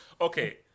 Okay